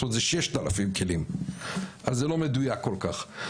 זאת אומרת שזה 6,000 כלים אז זה לא מדויק כל כך.